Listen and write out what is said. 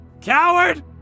Coward